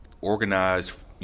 organized